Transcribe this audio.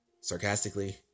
Sarcastically